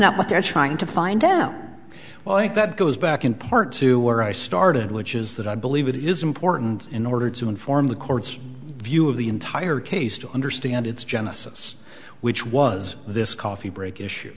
not what they're trying to find them well i think that goes back in part to where i started which is that i believe it is important in order to inform the court's view of the entire case to understand its genesis which was this coffee break issue